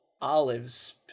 Olives